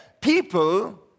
people